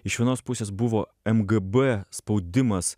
iš vienos pusės buvo mgb spaudimas